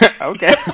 okay